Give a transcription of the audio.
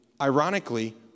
ironically